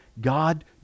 god